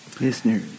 Listener